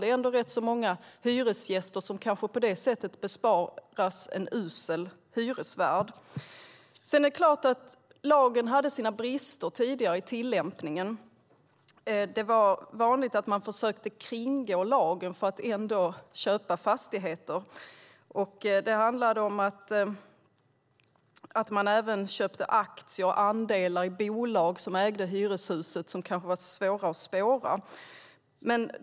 Det är rätt många hyresgäster som på det sättet kanske besparas en usel hyresvärd. Det är klart att tillämpningen av lagen hade sina brister tidigare. Det var vanligt att man försökte kringgå lagen för att ändå köpa fastigheter. Det handlade om att man köpte aktier och andelar i bolag som ägde hyreshuset, och det var kanske svårt att spåra.